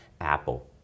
Apple